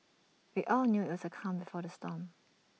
we all knew that's the calm before the storm